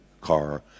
car